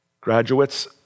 Graduates